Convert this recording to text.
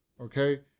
okay